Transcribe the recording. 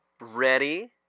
Ready